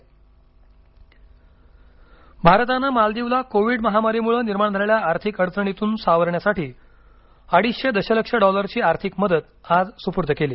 Bharat Maldives मदत भारतानं मालदीवला कोविड महामारीमुळे निर्माण झालेल्या आर्थिक अडचणीतून सावरण्यासाठी अडीचशे दशलक्ष डॉलरची आर्थिक मदत आज सुपूर्द केली